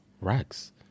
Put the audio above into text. Rags